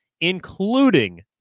including